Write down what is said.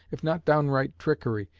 if not downright trickery,